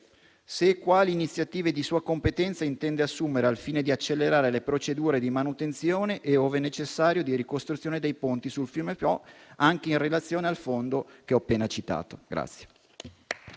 e quali iniziative di sua competenza intende assumere al fine di accelerare le procedure di manutenzione e, ove necessario, di ricostruzione dei ponti sul fiume Po, anche in relazione al fondo che ho appena citato.